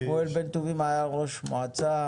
שמואל בן טובים היה ראש מועצה,